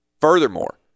Furthermore